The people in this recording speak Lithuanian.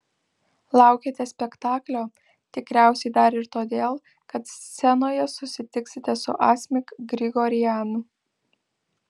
laukiate spektaklio tikriausiai dar ir todėl kad scenoje susitiksite su asmik grigorian